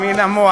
הם ינאמו.